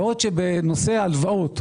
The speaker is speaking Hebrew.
בעוד שבנושא ההלוואות,